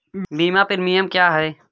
बीमा प्रीमियम क्या है?